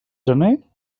gener